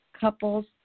couples